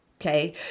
Okay